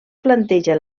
planteja